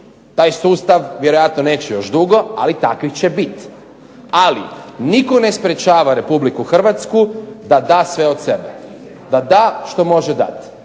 Taj sustav vjerojatno neće još dugo, ali takvih će biti. Ali nitko ne sprečava Republiku Hrvatsku da da sve od sebe, da da što može dati,